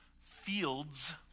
fields